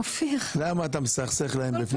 למה אתה מסכסך להם?